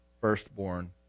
firstborn